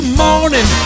morning